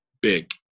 big